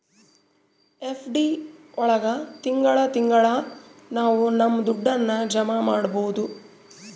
FD ಒಳಗ ತಿಂಗಳ ತಿಂಗಳಾ ನಾವು ನಮ್ ದುಡ್ಡನ್ನ ಜಮ ಮಾಡ್ಬೋದು